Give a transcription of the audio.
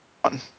one